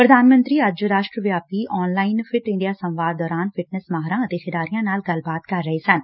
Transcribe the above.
ਪ੍ਧਾਨ ਮੰਤਰੀ ਅੱਜ ਰਾਸ਼ਟਰ ਵਿਆਪੀ ਆਨਲਾਈਨ ਫਿਟ ਇੰਡੀਆ ਸੰਵਾਦ ਦੌਰਾਨ ਫਿਟਨੈਸ ਮਾਹਿਰਾਂ ਅਤੇ ਖਿਡਾਰੀਆਂ ਨਾਲ ਗੱਲਬਾਤ ਕਰ ਰਹੇ ਸਨ